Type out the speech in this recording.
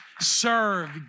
serve